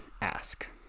ask